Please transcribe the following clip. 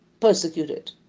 persecuted